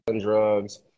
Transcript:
drugs